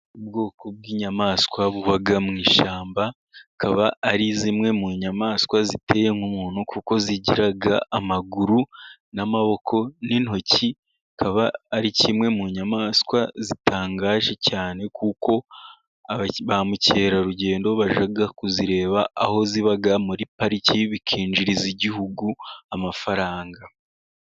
Ubu bwoko bw'inyamaswa buba mu ishyamba ,zikaba ari zimwe mu nyamaswa ziteye nk'umuntu, kuko zigira amaguru, amaboko, n'intoki . Zikaba ari kimwe mu nyamaswa zitangaje cyane, kuko ba Mukerarugendo bajya kuzireba aho ziba muri pariki bikinjiriza igihugu amafaranga.